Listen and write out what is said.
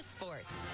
Sports